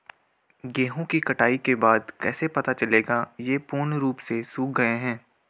गेहूँ की कटाई के बाद कैसे पता चलेगा ये पूर्ण रूप से सूख गए हैं?